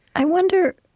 i wonder,